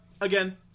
again